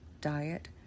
diet